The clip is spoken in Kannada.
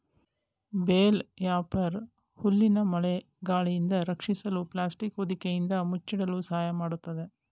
ಬೇಲ್ ರ್ಯಾಪರ್ ಹುಲ್ಲನ್ನು ಮಳೆ ಗಾಳಿಯಿಂದ ರಕ್ಷಿಸಲು ಪ್ಲಾಸ್ಟಿಕ್ ಹೊದಿಕೆಯಿಂದ ಮುಚ್ಚಿಡಲು ಸಹಾಯ ಮಾಡತ್ತದೆ